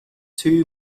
two